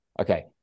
Okay